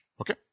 Okay